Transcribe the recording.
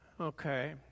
Okay